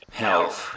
health